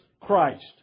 Christ